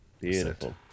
Beautiful